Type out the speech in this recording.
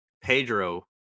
Pedro